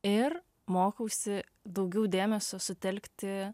ir mokausi daugiau dėmesio sutelkti